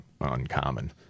uncommon